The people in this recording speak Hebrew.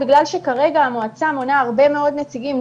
בגלל שכרגע המועצה מונה הרבה מאוד נציגים,